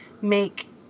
make